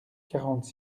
quarante